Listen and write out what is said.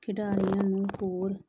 ਖਿਡਾਰਿਆਂ ਨੂੰ ਹੋਰ